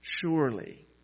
Surely